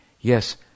yes